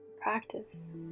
practice